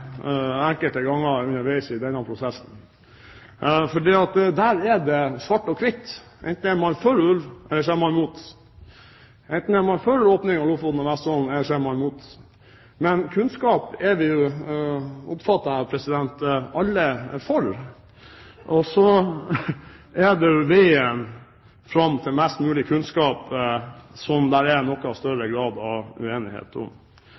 enkelte ganger underveis i denne prosessen. Der er det svart og hvitt – enten er man for ulv, eller så er man mot, enten er man for åpning i Lofoten og Vesterålen, eller så er man mot. Men kunnskap oppfatter jeg at alle er for. Så er det veien fram til mest mulig kunnskap som det er noe større grad av uenighet om.